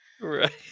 Right